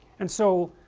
and so,